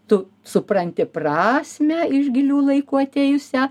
tu supranti prasmę iš gilių laikų atėjusią